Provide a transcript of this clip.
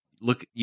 look